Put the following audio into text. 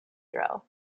drill